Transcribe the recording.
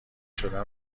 شدم